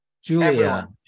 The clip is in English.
Julia